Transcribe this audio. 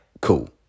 cool